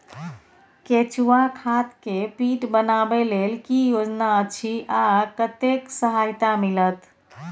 केचुआ खाद के पीट बनाबै लेल की योजना अछि आ कतेक सहायता मिलत?